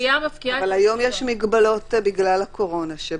אבל היום יש מגבלות בגלל הקורונה.